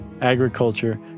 agriculture